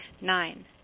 Nine